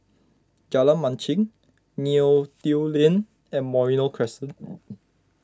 Jalan Machang Neo Tiew Lane and Merino Crescent